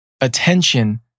attention